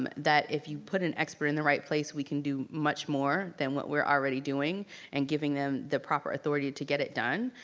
um that if you put an expert in the right place, we can do much more than what we're already doing and giving them the proper authority to get it done.